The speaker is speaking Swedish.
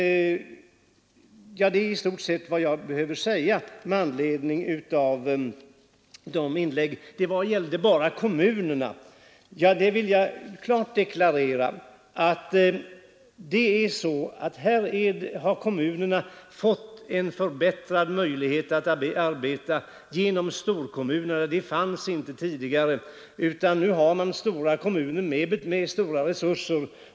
När det gäller kommunerna vill jag klart deklarera att de genom storkommunerna fått förbättrade möjligheter att arbeta. Nu har man stora kommuner med stora resurser.